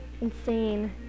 insane